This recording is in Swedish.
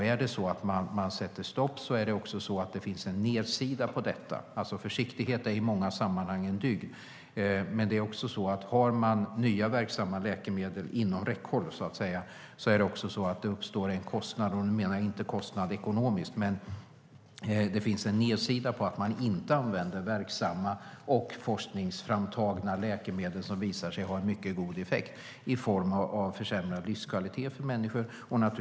Om man sätter stopp finns det också en baksida med detta. Försiktighet är i många sammanhang en dygd, men har man nya verksamma läkemedel inom räckhåll uppstår det en kostnad, och då menar jag inte en ekonomisk kostnad. Men den finns en baksida med att man inte använder verksamma och forskningsframtagna läkemedel som har en mycket god effekt i form av förbättrad livskvalitet för människor.